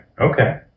Okay